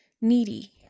needy